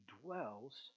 dwells